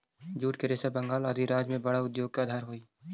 jute के रेशा बंगाल आदि राज्य में बड़ा उद्योग के आधार हई